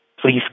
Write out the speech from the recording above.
please